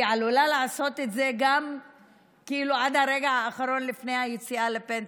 היא עלולה לעשות את זה גם עד הרגע האחרון לפני היציאה לפנסיה,